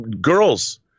girls